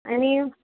आनी